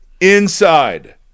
inside